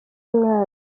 umwami